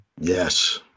Yes